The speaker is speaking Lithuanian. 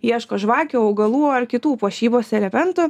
ieško žvakių augalų ar kitų puošybos elementų